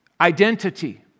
identity